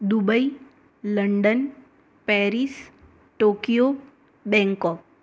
Dubai London Paris Tokyo Bangkok